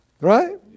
right